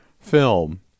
film